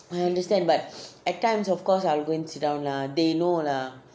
I understand but at times of course I will go and sit down lah they know lah